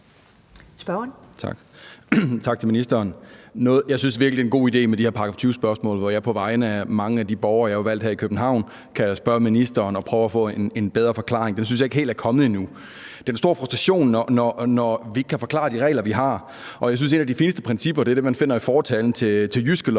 til ministeren. Jeg synes virkelig, det er en god idé med de her § 20-spørgsmål, hvor jeg på vegne af mange af borgere – jeg er jo valgt her i København – kan spørge ministeren og prøve at få en bedre forklaring. Den synes jeg ikke helt er kommet endnu. Det er en stor frustration, når vi ikke kan forklare de regler, vi har. Jeg synes, at et af de fineste principper er det, man finder i fortalen til Jyske Lov,